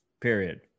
Period